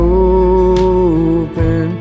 open